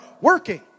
working